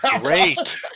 Great